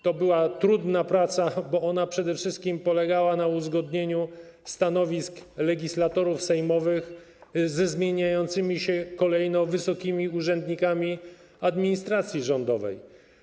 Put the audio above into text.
To była trudna praca, bo ona przede wszystkim polegała na uzgodnieniu stanowisk legislatorów sejmowych ze zmieniającymi się kolejno wysokimi urzędnikami administracji rządowej.